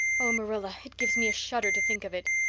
oh, marilla, it gives me a shudder to think of it.